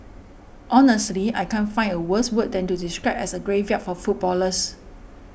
honestly I can't find a worse word than to describe as a graveyard for footballers